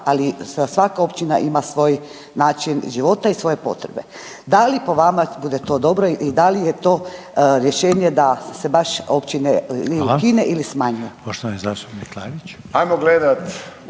ali svaka općina ima svoj način života i svoje potrebe. Da li po vama bude to dobro i da li je to rješenje da se baš općine ukine ili smanji.